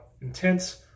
intense